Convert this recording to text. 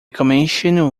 commission